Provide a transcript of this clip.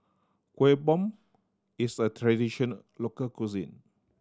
Kuih Bom is a tradition local cuisine